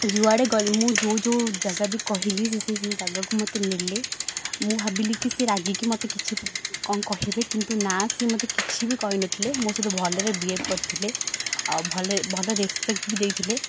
ଯୁଆଡ଼େ ଗଲ ମୁଁ ଯେଉଁ ଯେଉଁ ଜାଗା ବି କହିଲି ସେଇ ସେଇ ଜାଗାକୁ ମୋତେ ନେଲେ ମୁଁ ଭାବିଲି କି ସିଏ ରାଗିକି ମୋତେ କିଛି କ'ଣ କହିବେ କିନ୍ତୁ ନା ରାଗିକି ମୋତେ କିଛି ବି କହିନଥିଲେ ମୋ ସହିତ ଭଲରେ ବିହେବ୍ କରିଥିଲେ ଆଉ ଭଲ ଭଲ ରେସ୍ପେକ୍ଟ ବି ଦେଇଥିଲେ